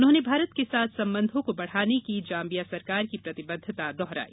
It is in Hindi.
उन्होंने भारत के साथ संबंधों को बढ़ाने की जाम्बिया सरकार की प्रतिबद्वता दोहराई